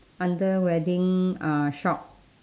under wedding uh shop